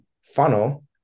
funnel